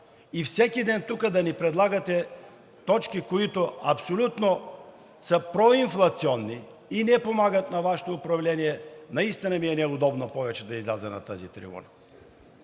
и всеки ден тук да ни предлагате точки, които абсолютно са проинфлационни и не помагат на Вашето управление, наистина ми е неудобно повече да изляза на тази трибуна.